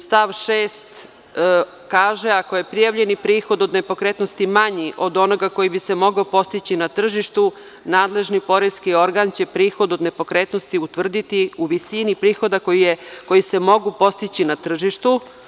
Stav 6. kaže - ako je prijavljeni prihod od nepokretnosti manji od onoga koji bi se mogao postići na tržištu nadležni poreski organ će prihod od nepokretnosti utvrditi u visini prihoda koji se mogu postići na tržištu.